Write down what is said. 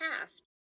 past